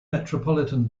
metropolitan